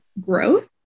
growth